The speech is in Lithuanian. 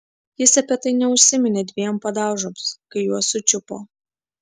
jis apie tai neužsiminė dviem padaužoms kai juos sučiupo